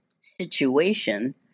situation